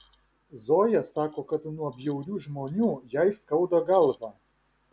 zoja sako kad nuo bjaurių žmonių jai skauda galvą